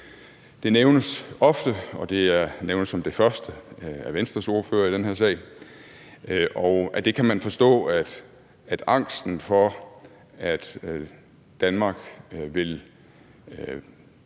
Det nævnes ofte, og det nævnes som det første af Venstres ordfører i den her sag, og af det kan man forstå, at angsten for, at Danmark